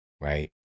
right